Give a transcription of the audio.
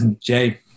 Jay